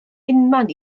unman